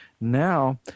Now